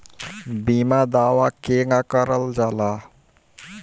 बीमा दावा केगा करल जाला?